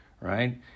right